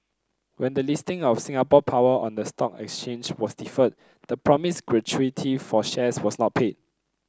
when the listing of Singapore Power on the stock exchange was deferred the promised gratuity for shares was not paid